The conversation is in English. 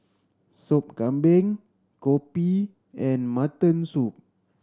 Sup Kambing kopi and mutton soup